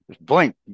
blink